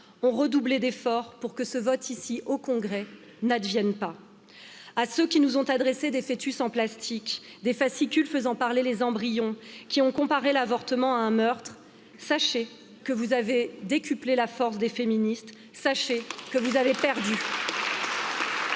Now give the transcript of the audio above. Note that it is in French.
ont redoublé d'efforts pour que ce vote, ici au Congrès n'a advienne pas à ceux qui nous ont adressé des fœtus en plastique des fascicules faisant parler les embryons qui ont comparé l'avortement à un meurtre. Sachez que vous avez décuplé la force des féministes, sachez que vous avez perdu